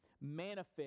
manifest